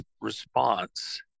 response